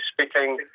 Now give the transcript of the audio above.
speaking